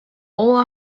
all